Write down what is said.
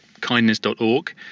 Kindness.org